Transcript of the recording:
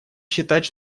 считать